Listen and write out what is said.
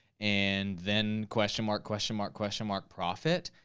and then question mark, question mark, question mark, profit?